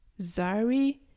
Zari